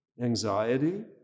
anxiety